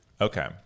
Okay